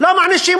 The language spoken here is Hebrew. לא מענישים.